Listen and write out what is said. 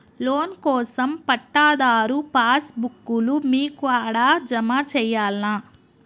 Loan కోసం పట్టాదారు passbook లు మీ కాడా జమ చేయల్నా?